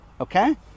okay